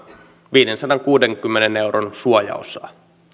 viidensadankuudenkymmenen euron suojaosaa